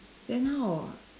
then how